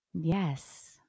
yes